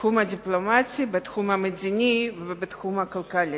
בתחום הדיפלומטי, בתחום המדיני ובתחום הכלכלי.